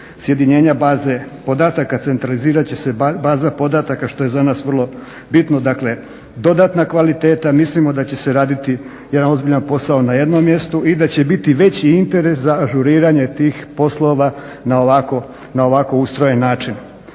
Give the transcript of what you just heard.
sjedinjenja baze podataka, centralizirati će se baza podataka što je za nas vrlo bitno, dakle, dodatna kvaliteta. Mislimo da će se raditi jedan ozbiljan posao na jednom mjestu i da će biti veći interes za ažuriranje tih poslova na ovako ustrojen način.